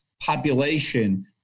population